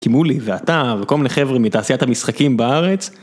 כימולי ואתה וכל מיני חברים מתעשיית המשחקים בארץ.